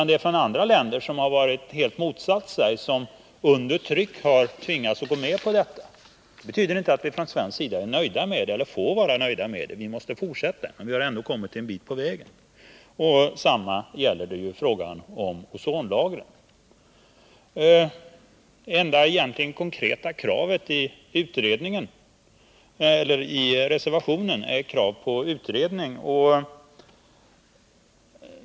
Det är andra länder, som haft en uppfattning helt motsatt Sveriges, som under tryck hartvingats gå med på konventionen. Det betyder inte att vi från svensk sida är eller får vara nöjda med resultatet. Vi måste fortsätta vårt arbete, men vi har ändå kommit en bit på väg. Detsamma gäller frågan om ozonlagren. Det enda konkreta kravet i reservationen är ett krav på utredning.